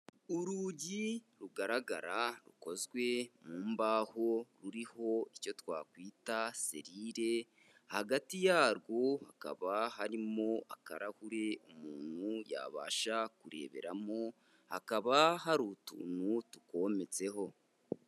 Urugi rugaragara rukozwe mu mbaho ruriho icyo twakwita serire, hagati yarwo hakaba harimo akarahuri umuntu yabasha kureberamo, hakaba hari utuntu tukometseho.